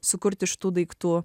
sukurt iš tų daiktų